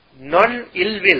non-ill-will